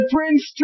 Prince